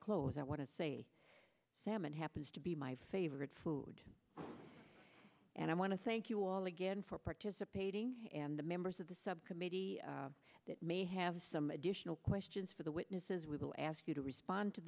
close i want to say salmon happens to be my favorite food and i want to thank you all again for participating and the members of the subcommittee that may have some additional questions for the witnesses we will ask you to respond to